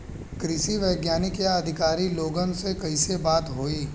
कृषि वैज्ञानिक या अधिकारी लोगन से कैसे बात होई?